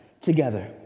together